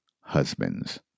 husbands